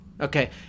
Okay